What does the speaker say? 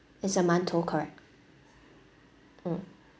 is a mantou correct mm